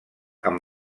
amb